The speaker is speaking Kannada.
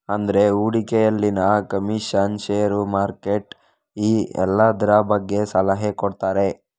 ಅಂದ್ರೆ ಹೂಡಿಕೆಯಲ್ಲಿನ ಕಮಿಷನ್, ಷೇರು, ಮಾರ್ಕೆಟ್ ಈ ಎಲ್ಲದ್ರ ಬಗ್ಗೆ ಸಲಹೆ ಕೊಡ್ತಾರೆ